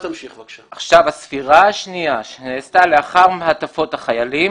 הספירה השנייה שנעשתה לאחר מעטפות החיילים,